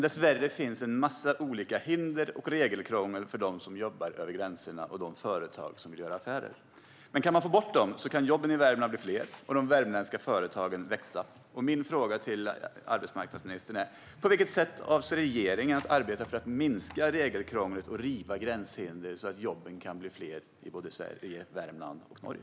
Dessvärre finns en massa olika hinder och regelkrångel för dem som jobbar över gränserna och för de företag som gör affärer. Kan man få bort dem kan jobben i Värmland bli fler och de värmländska företagen växa. Min fråga till arbetsmarknadsministern är: På vilket sätt avser regeringen att arbeta för att minska regelkrånglet och riva gränshinder så att jobben kan bli fler i Sverige, Värmland och Norge?